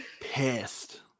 Pissed